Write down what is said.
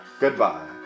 Goodbye